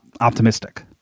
optimistic